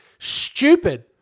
Stupid